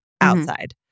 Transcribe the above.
outside